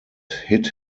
hit